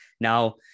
Now